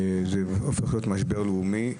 זה הופך להיות משבר לאומי.